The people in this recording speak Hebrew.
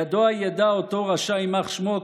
ידוע ידע אותו רשע יימח שמו,